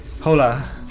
Hola